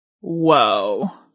Whoa